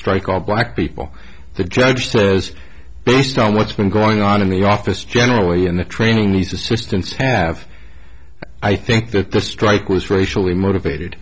strike all black people the judge says based on what's been going on in the office generally and the training these assistance have i think that the strike was racially motivated